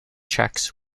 checks